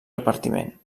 repartiment